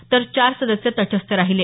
तर चार सदस्य तटस्थ राहिले